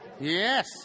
Yes